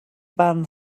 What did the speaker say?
barn